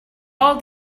all